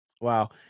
Wow